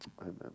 Amen